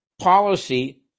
policy